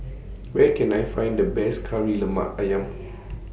Where Can I Find The Best Kari Lemak Ayam